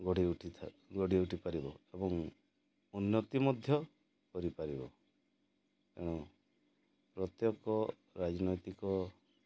ଗଢ଼ି ଉଠିଥା ଗଢ଼ି ଉଠିପାରିବ ଏବଂ ଉନ୍ନତି ମଧ୍ୟ କରିପାରିବ ଏଣୁ ପ୍ରତ୍ୟେକ ରାଜନୈତିକ